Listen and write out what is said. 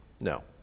No